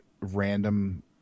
random